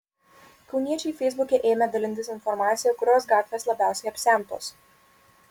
kauniečiai feisbuke ėmė dalytis informacija kurios gatvės labiausiai apsemtos